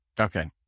Okay